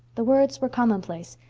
the words were commonplace,